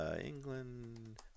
England